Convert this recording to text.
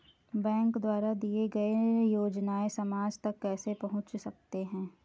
Bank द्वारा दिए गए योजनाएँ समाज तक कैसे पहुँच सकते हैं?